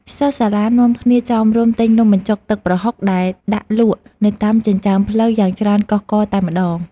សិស្សសាលានាំគ្នាចោមរោមទិញនំបញ្ចុកទឹកប្រហុកដែលដាក់លក់នៅតាមចិញ្ចើមផ្លូវយ៉ាងច្រើនកុះករតែម្តង។